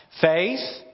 Faith